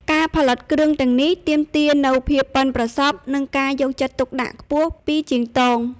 ការផលិតគ្រឿងទាំងនេះទាមទារនូវភាពប៉ិនប្រសប់ និងការយកចិត្តទុកដាក់ខ្ពស់ពីជាងទង។